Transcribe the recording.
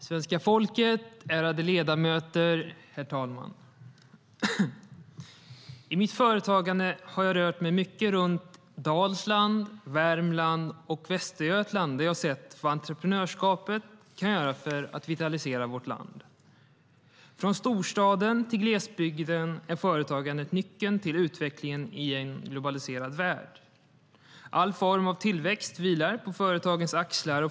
Herr talman, svenska folket och ärade ledamöter! I mitt företagande har jag rört mig mycket runt Dalsland, Värmland och Västergötland, där jag har sett vad entreprenörskapet kan göra för att vitalisera vårt land. Från storstaden till glesbygden är företagandet nyckeln till utvecklingen i en globaliserad värld. All form av tillväxt vilar på företagens axlar.